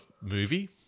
movie